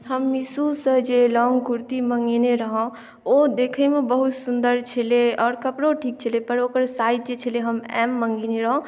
हम मीशोसँ जे लॉङ्ग कुर्ती मङ्गेने रहहुँ ओ देखैमे बहुत सुन्दर छलै आओर कपड़ो ठीक छलै पर ओकर साइज छलै हम एम मँगेने रहहुँ